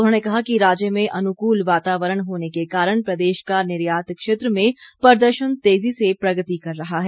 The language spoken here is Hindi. उन्होंने कहा कि राज्य में अनुकूल वातावरण होने के कारण प्रदेश का निर्यात क्षेत्र में प्रदर्शन तेजी से प्रगति कर रहा है